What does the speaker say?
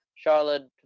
Charlotte